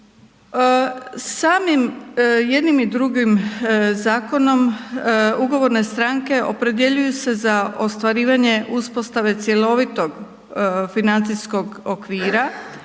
Samim jednim i drugim zakonom ugovorne stranke opredjeljuju se za ostvarivanje uspostave cjelovitog financijskog okvira